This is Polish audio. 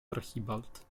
archibald